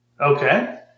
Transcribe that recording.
Okay